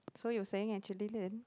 so you were saying actually then